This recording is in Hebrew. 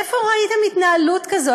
איפה ראיתם התנהלות כזאת?